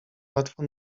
łatwo